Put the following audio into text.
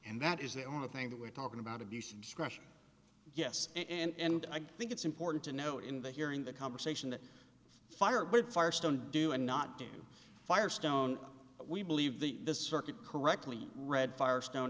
and that is the only thing that we're talking about abuse of discretion yes and i think it's important to know in the hearing the conversation that firebird firestone do and not do firestone we believe that the circuit correctly read firestone